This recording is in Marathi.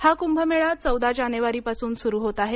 हा कुंभमेळा चौदा जानेवारीपासून सुरू होत आहे